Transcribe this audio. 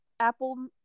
Apple